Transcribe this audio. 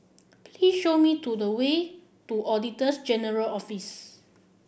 please show me to the way to Auditor's General Office